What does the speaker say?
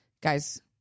Guys